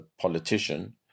politician